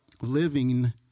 living